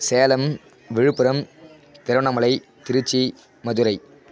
Salem Villupuram Tiruvannamalai Trichy Madurai